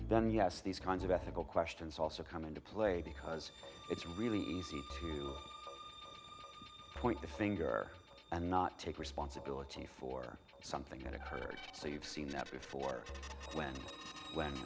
then yes these kinds of ethical questions also come into play because it's really easy point the finger and not take responsibility for something that occurs so you've seen that before when when